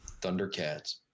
Thundercats